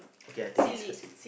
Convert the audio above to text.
okay I take it this person